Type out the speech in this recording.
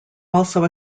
also